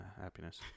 happiness